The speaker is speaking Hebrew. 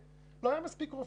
מה עוד היה לנו שם?